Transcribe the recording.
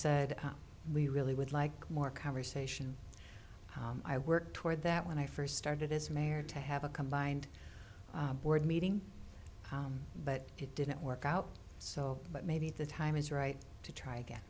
said we really would like more conversation i worked toward that when i first started as mayor to have a combined board meeting but it didn't work out so but maybe the time is right to try again